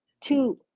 two